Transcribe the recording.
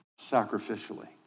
sacrificially